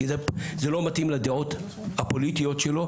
כי זה לא מתאים לדעות הפוליטיות שלו,